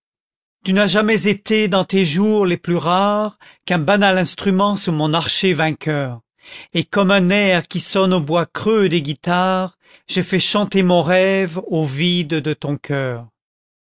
tu n'as jamais été dans tes jours les plus rares qu'un banal instrument sous mon archet vainqueur et comme un air qui sonne au bois creux des guitares j'ai fait chanter mon rêve au vide de ton coeur